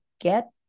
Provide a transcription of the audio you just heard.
get